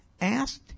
Asked